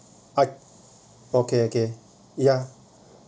I okay okay ya